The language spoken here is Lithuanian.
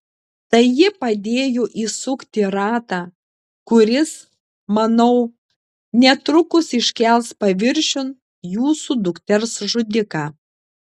tai ji padėjo įsukti ratą kuris manau netrukus iškels paviršiun jūsų dukters žudiką